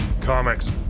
comics